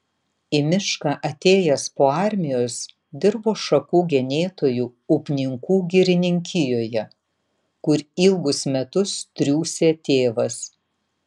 į mišką atėjęs po armijos dirbo šakų genėtoju upninkų girininkijoje kur ilgus metus triūsė tėvas